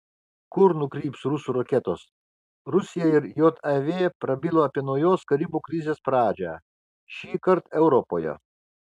kur nukryps rusų raketos rusija ir jav prabilo apie naujos karibų krizės pradžią šįkart europoje